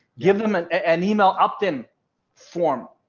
give them an an email opt in form,